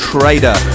Trader